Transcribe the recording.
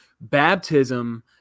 baptism